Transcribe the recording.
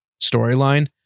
storyline